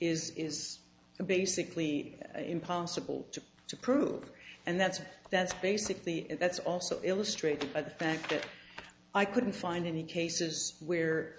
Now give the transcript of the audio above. is basically impossible to to prove and that's that's basically that's also illustrated by the fact that i couldn't find any cases where